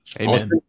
Amen